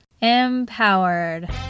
empowered